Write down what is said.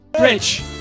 Rich